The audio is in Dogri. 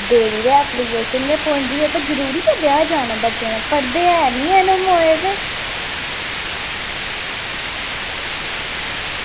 देनी ते पौंदी गै एप्लीकेशन ते जरूरी ऐ ब्याह् जाना पढ़दे हैन नी हैन ओह् मोए ते